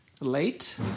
Late